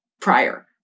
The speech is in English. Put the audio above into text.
prior